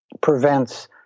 prevents